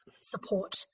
support